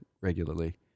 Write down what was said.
regularly